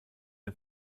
dem